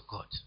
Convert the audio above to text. God